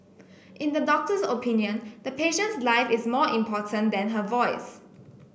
in the doctor's opinion the patient's life is more important than her voice